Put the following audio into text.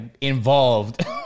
involved